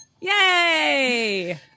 Yay